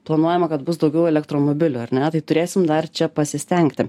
planuojama kad bus daugiau elektromobilių ar ne tai turėsim dar čia pasistengti